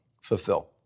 fulfill